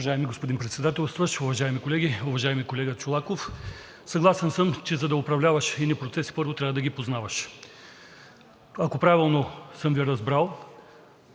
Уважаеми господин Председател, уважаеми колеги! Уважаеми колега Чолаков, съгласен съм, че за да управляваш едни процеси, първо трябва да ги познаваш. Ако правилно съм Ви разбрал,